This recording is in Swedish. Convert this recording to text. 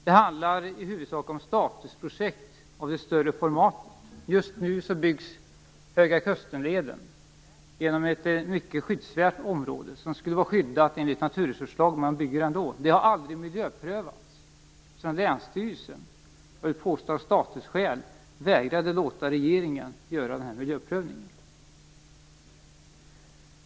Det handlar i huvudsak om statusprojekt av det större formatet. Just nu byggs Höga kusten-leden genom ett mycket skyddsvärt område. Det skulle vara skyddat enligt naturresurslagen. Man bygger ändå. Det har aldrig miljöprövats sedan länsstyrelsen av statusskäl vägrade låta regeringen göra miljöprövningen.